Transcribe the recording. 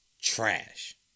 trash